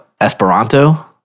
Esperanto